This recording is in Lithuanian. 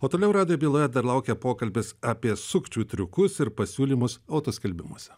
o toliau radijo byloje dar laukia pokalbis apie sukčių triukus ir pasiūlymus autoskelbimuose